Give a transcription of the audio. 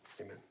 amen